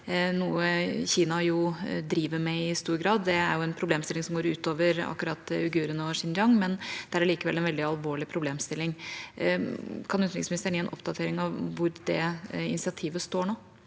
noe Kina driver med i stor grad. Det er en problemstilling som går utover uigurene og Xinjiang, men det er likevel en veldig alvorlig problemstilling. Kan utenriksministeren gi en oppdatering av hvor det initiativet står nå?